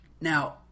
Now